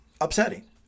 upsetting